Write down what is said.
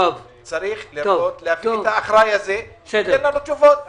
צריך להביא את האחראי שייתן לנו תשובות.